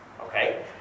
okay